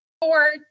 Four